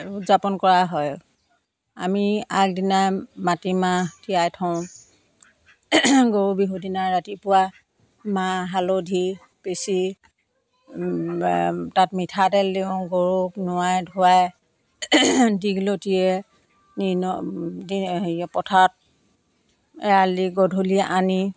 উদযাপন কৰা হয় আমি আগদিনা মাটিমাহ তিয়াই থওঁ গৰু বিহুৰ দিনা ৰাতিপুৱা মাহ হালধি পিচি তাত মিঠাতেল দিওঁ গৰুক নোৱাই ধোৱাই দীঘলতিৰে পথাৰত এৰাল দি গধূলি আনি